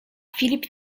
filip